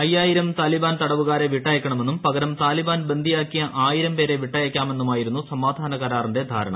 അയ്യായിരം താലിബാൻ തടവുകാരെ വിട്ടയക്കണമെന്നും പകരം താലിബാൻ ബന്ദിയാക്കിയ ആയിരം പേരെ വിട്ടയക്കാമെന്നുമായിരുന്നു സമാധാന കരാറിന്റെ ധാരണ